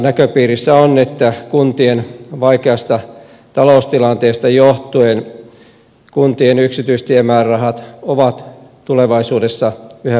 näköpiirissä on että kuntien vaikeasta taloustilanteesta johtuen kuntien yksityistiemäärärahat ovat tulevaisuudessa yhä pienenemässä